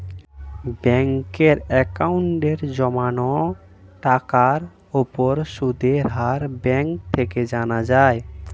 ব্যাঙ্কের অ্যাকাউন্টে জমানো টাকার উপর সুদের হার ব্যাঙ্ক থেকে জানা যায়